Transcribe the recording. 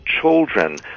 children